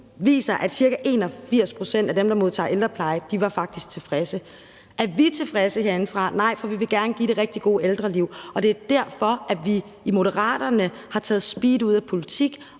viser, at ca. 81 pct. af dem, der modtager ældrepleje, faktisk er tilfredse. Er vi tilfredse herinde? Nej, for vi vil gerne give folk et rigtig godt ældreliv, og det er derfor, vi i Moderaterne har taget speed ud af politik